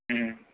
हम्म